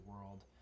world